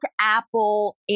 Apple